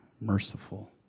merciful